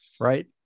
Right